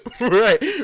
Right